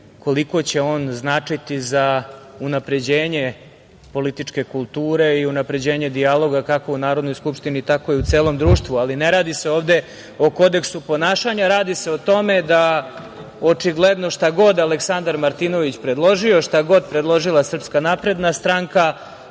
koliko će on značiti za unapređenje političke kulture i unapređenje dijaloga, kako u Narodnoj skupštini, tako i u celom društvu. Ne radi se ovde o Kodeksu ponašanja, radi se o tome da očigledno šta god Aleksandar Martinović predložio, šta god predložila SNS da to